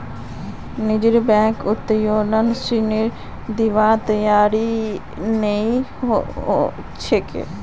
निजी बैंक उत्तोलन ऋण दिबार तैयार नइ छेक